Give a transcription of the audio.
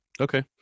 Okay